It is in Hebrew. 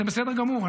וזה בסדר גמור,